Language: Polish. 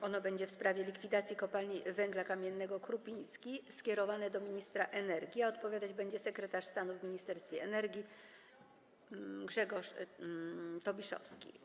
To jest pytanie w sprawie likwidacji Kopalni Węgla Kamiennego Krupiński, skierowane do ministra energii, a odpowiadać będzie sekretarz stanu w Ministerstwie Energii Grzegorz Tobiszowski.